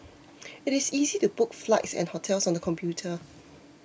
it is easy to book flights and hotels on the computer